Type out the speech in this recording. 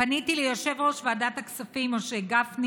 פניתי ליושב-ראש ועדת הכספים משה גפני